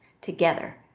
together